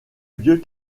vieux